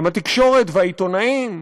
גם התקשורת והעיתונאים,